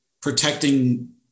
protecting